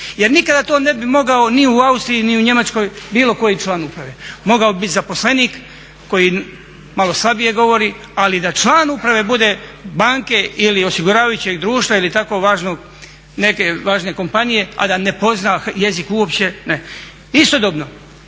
jer nikada to ne bi mogao ni u Austriji ni u Njemačkoj bilo koji član uprave. Mogao bi biti zaposlenik koji malo slabije govori ali da član uprave bude banke ili osiguravajućeg društva ili tako neke važne kompanije a da ne poznaje jezik uopće, ne. Istodobno